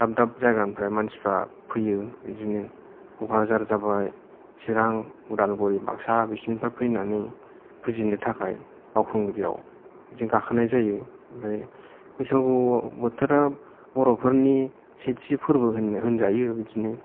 दाब दाब जायगानिफ्राय मानसिफ्रा फैयो बिदिनो क'क्राझार जाबाय सिरां उदालगुरि बाक्सा बिसिनिफ्राय फैनानै फुजिनो थाखाय बावखुंग्रियाव बिदिनो गाखोनाय जायो ओमफाय बैसागु बोथोरा बर'फोरनि सेथि फोरबो होननो होनजायो बिदिनो